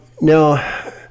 now